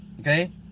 okay